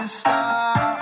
stop